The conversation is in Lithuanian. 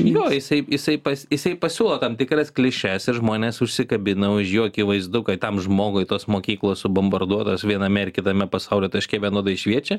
jo jisai jisai jisai pasiūlo tam tikras klišes ir žmonės užsikabina už jo akivaizdu kai tam žmogui tos mokyklos subombarduotas viename ar kitame pasaulio taške vienodai šviečia